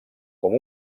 com